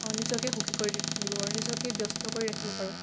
নিজকে সুখী কৰি তুলিব পাৰোঁ নিজকে ব্যস্ত কৰি ৰাখিব পাৰোঁ